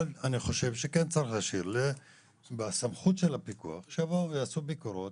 אבל אני חושב שכן צריך להשאיר בסמכות של הפיקוח שיבואו ויעשו ביקורות